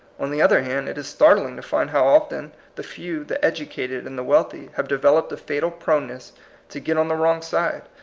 on the other hand, it is startling to find how often the few, the educated and the wealthy, have developed a fatal proneness to get on the wrong side,